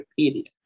Wikipedia